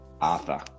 Arthur